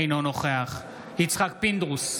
אינו נוכח יצחק פינדרוס,